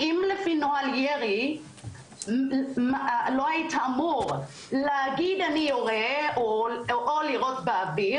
האם לפי נוהל ירי לא היית אמור להגיד "אני יורה" או לירות באוויר?